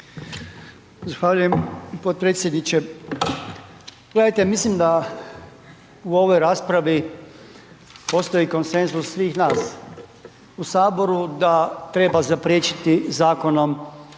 Zahvaljujem potpredsjedniče. Gledajte, mislim da u ovoj raspravi postoji konsenzus svih nas u Saboru da treba zapriječiti zakonom